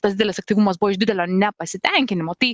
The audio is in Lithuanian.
tas didelis aktyvumas buvo iš didelio nepasitenkinimo tai